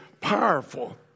powerful